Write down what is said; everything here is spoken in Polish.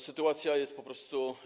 Sytuacja jest po prostu.